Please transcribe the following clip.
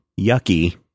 Yucky